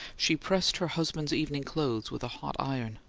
she pressed her husband's evening clothes with a hot iron.